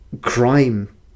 Crime